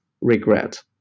regret